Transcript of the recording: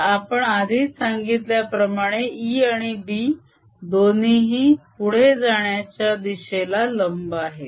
तर आपण आधीच सांगितल्याप्रमाणे E आणि B दोन्हीही पुढे जाण्याच्या दिशेला लंब आहेत